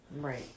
Right